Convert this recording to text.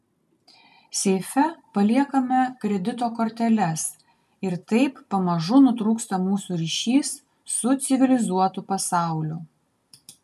seife paliekame kredito korteles ir taip pamažu nutrūksta mūsų ryšys su civilizuotu pasauliu